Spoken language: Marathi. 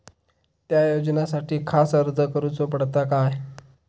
त्या योजनासाठी खास अर्ज करूचो पडता काय?